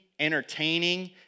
Entertaining